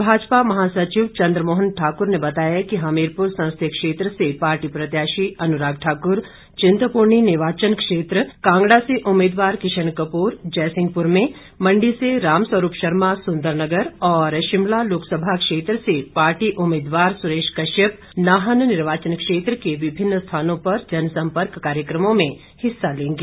प्रदेश भाजपा महासचिव चन्द्रमोहन ठाकुर ने बताया कि हमीरपुर संसदीय क्षेत्र से पार्टी प्रत्याशी अनुराग ठाकुर चिंतपूर्णी निर्वाचन क्षेत्र कांगड़ा से उम्मीदवार किशन कपूर जयसिंहपुर में मंडी से रामस्वरूप शर्मा सुंदरनगर और शिमला लोकसभा क्षेत्र से पार्टी उम्मीदवार सुरेश कश्यप नाहन निर्वाचन क्षेत्र के विभिन्न स्थानों पर जनसम्पर्क कार्यक्रमों में हिस्सा लेंगे